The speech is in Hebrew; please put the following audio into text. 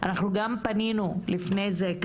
אנחנו אכן פנינו לפי זה,